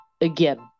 again